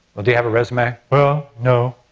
well do you have a resume? well no